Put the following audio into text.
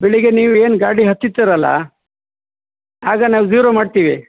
ಬೆಳಗ್ಗೆ ನೀವು ಏನು ಗಾಡಿ ಹತ್ತುತಿರಲ್ಲ ಆಗ ನಾವು ಜಿ಼ರೊ ಮಾಡ್ತಿವಿ